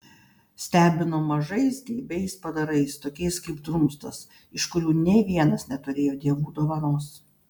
stebino mažais geibiais padarais tokiais kaip drumstas iš kurių nė vienas neturėjo dievų dovanos